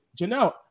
Janelle